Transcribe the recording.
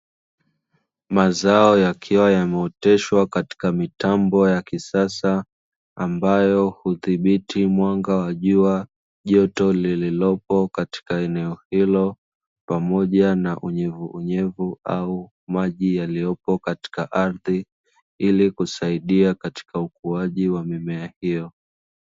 Mazao yakiwa yameoteshwa katika mitambo ya kisasa, ambayo hudhibiti mwanga wa jua, joto lililopo katika eneo hilo pamoja na unyevuunyevu au maji yaliyopo katika ardhi ili kusaidia katika ukuaji wa mimea hiyo.